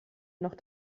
noch